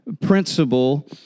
principle